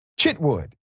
Chitwood